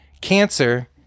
cancer